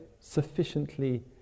sufficiently